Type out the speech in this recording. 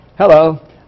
Hello